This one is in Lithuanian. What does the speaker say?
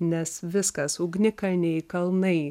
nes viskas ugnikalniai kalnai